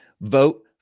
vote